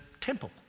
temple